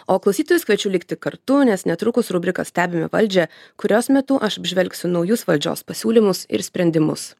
o klausytojus kviečiu likti kartu nes netrukus rubrika stebime valdžią kurios metu aš apžvelgsiu naujus valdžios pasiūlymus ir sprendimus